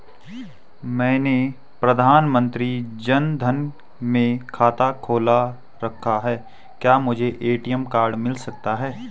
मैंने प्रधानमंत्री जन धन में खाता खोल रखा है क्या मुझे ए.टी.एम कार्ड मिल सकता है?